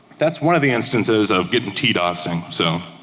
that's one of the instances of getting tdos and so